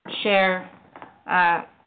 share